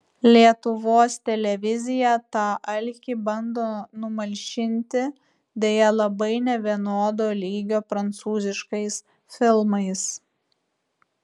lietuvos televizija tą alkį bando numalšinti deja labai nevienodo lygio prancūziškais filmais